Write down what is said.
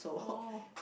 oh